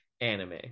anime